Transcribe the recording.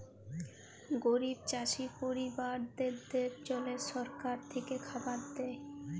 গরিব চাষী পরিবারদ্যাদের জল্যে সরকার থেক্যে খাবার দ্যায়